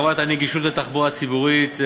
הרחבת הנגישות של התחבורה ציבורית,